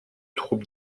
troupe